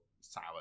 sour